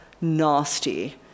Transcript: nasty